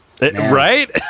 Right